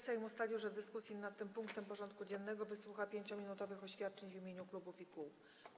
Sejm ustalił, że w dyskusji nad tym punktem porządku dziennego wysłucha 5-minutowych oświadczeń w imieniu klubów i kół.